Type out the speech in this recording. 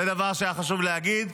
זה דבר שהיה חשוב לי להגיד.